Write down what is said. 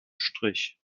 strich